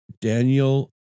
Daniel